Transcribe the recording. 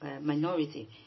minority